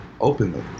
openly